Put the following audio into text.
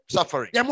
suffering